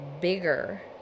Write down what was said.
bigger